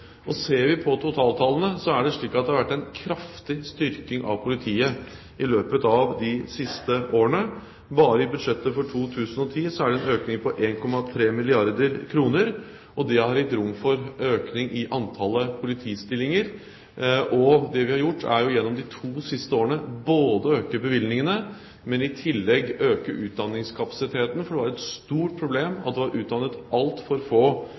Ser vi på totaltallene, ser vi at det har vært en kraftig styrking av politiet i løpet av de siste årene. Bare i budsjettet for 2010 er det en økning på 1,3 milliarder kr, og det har gitt rom for økning i antallet politistillinger. Det vi har gjort gjennom de to siste årene, er ikke bare å øke bevilgningene, men i tillegg øke utdanningskapasiteten, for det var et stort problem at det var utdannet altfor få